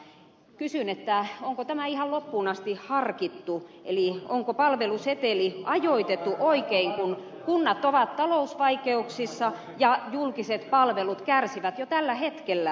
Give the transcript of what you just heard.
kysyn onko tämä ihan loppuun asti harkittu eli onko palveluseteli ajoitettu oikein kun kunnat ovat talousvaikeuksissa ja julkiset palvelut kärsivät jo tällä hetkellä lääkäripulasta